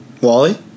Wally